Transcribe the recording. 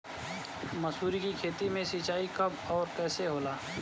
मसुरी के खेती में सिंचाई कब और कैसे होला?